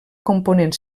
component